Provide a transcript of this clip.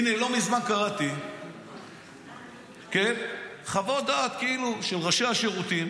הינה, לא מזמן קראתי חוות דעת של ראשי השירותים